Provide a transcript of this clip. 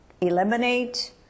Eliminate